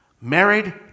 married